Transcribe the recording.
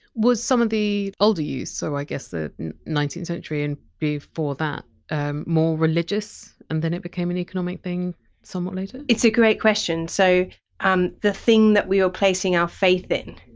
was some of the older use so i guess the nineteenth century and before that and more religious, and then it became an economic thing somewhat later? it's a great question. so um the thing that we were placing our faith in,